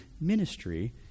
ministry